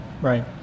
right